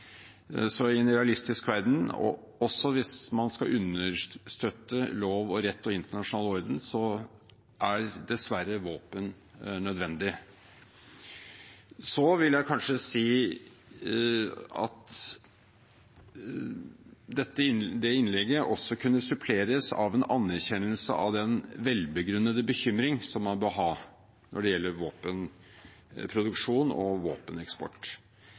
I en realistisk verden, også hvis man skal understøtte lov og rett og internasjonal orden, er dessverre våpen nødvendig. Så vil jeg si at det innlegget også kunne suppleres av en anerkjennelse av den velbegrunnede bekymring som man bør ha når det gjelder våpenproduksjon og våpeneksport.